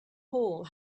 hole